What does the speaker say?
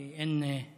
כי אין קואליציה,